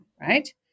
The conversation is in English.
right